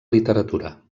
literatura